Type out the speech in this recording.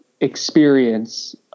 experience